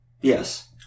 Yes